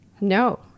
No